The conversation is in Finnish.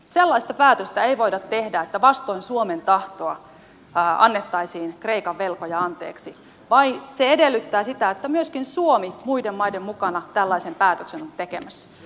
sellaista päätöstä ei voida tehdä että vastoin suomen tahtoa annettaisiin kreikan velkoja anteeksi vaan se edellyttää sitä että myöskin suomi muiden maiden mukana tällaisen päätöksen on tekemässä